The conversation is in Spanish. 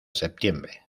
septiembre